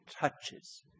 touches